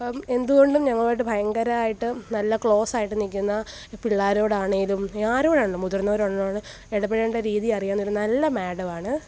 അപ്പം എന്ത്കൊണ്ടും ഞങ്ങളുമായിട്ട് ഭയങ്കരമായിട്ട് നല്ല ക്ലോസായിട്ട് നിൽക്കുന്ന പിള്ളേരൊടാണേലും ആരോടാണെലും മുതിർന്നവരോടാണെലും ഇടപഴകേണ്ട രീതിയറിയാവുന്നൊരു നല്ല മേടവാണ്